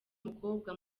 umukobwa